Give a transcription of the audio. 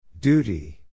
Duty